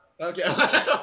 Okay